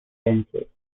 senses